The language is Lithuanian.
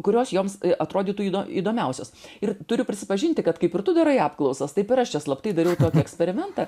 kurios joms atrodytų ido įdomiausios ir turiu prisipažinti kad kaip ir tu darai apklausas taip ir aš čia slaptai dariau eksperimentą